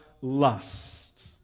lust